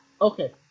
Okay